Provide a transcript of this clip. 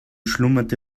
schlummerte